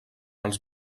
els